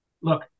look